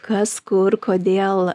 kas kur kodėl